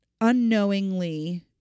unknowingly